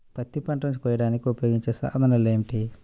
పత్తి పంటలను కోయడానికి ఉపయోగించే సాధనాలు ఏమిటీ?